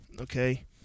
okay